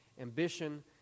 ambition